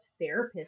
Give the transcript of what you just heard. therapists